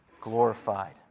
glorified